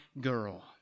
girl